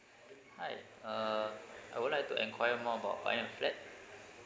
hi err I would like to enquire more about buying a flat